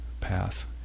path